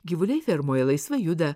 gyvuliai fermoje laisvai juda